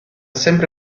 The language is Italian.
sempre